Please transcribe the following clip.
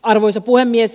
arvoisa puhemies